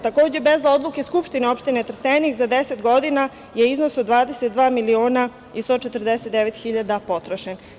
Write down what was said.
Takođe, bez odluke Skupštine opštine Trstenik za deset godina je iznos od 22 miliona i 149 hiljada potrošen.